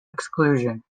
exclusion